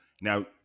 Now